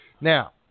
Now